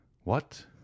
What